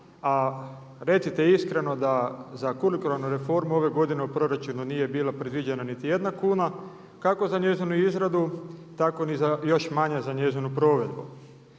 A recite iskreno da za kurikularnu reformu ove godine u proračunu nije bila predviđena niti jedna kuna, kako za njezinu izradu tako ni za još manje za njezinu provedbu.